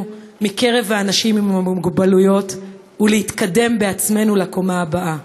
מקרב אנשים עם מוגבלות ולהתקדם בעצמנו לקומה הבאה.